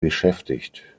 beschäftigt